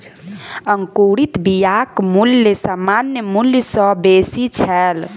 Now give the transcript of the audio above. अंकुरित बियाक मूल्य सामान्य मूल्य सॅ बेसी छल